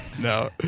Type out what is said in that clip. No